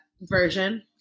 version